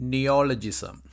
Neologism